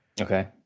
Okay